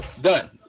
done